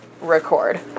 record